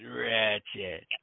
ratchet